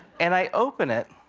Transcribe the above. and i open it,